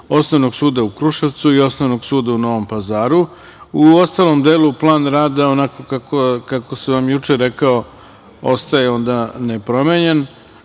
Osnovnog suda u Kruševcu i Osnovnog suda u Novom Pazaru.U ostalom delu, plan rada je onako kako sam vam juče rekao ostaje nepromenjen,